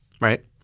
Right